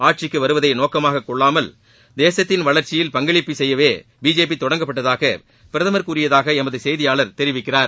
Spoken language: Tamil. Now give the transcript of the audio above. ஆட்சிக்கு வருவதை நோக்கமாக கொள்ளாமல் தேசத்தின் வளர்ச்சியில் பங்களிப்பை செய்யவே பிஜேபி தொடங்கப்பட்டதாக பிரதமர் கூறியதாக எமது செய்தியாளர் தெரிவிக்கிறார்